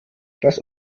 das